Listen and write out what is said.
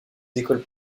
écoles